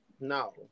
no